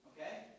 Okay